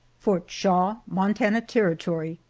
fort shaw, montana territory,